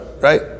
right